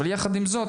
אבל יחד עם זאת,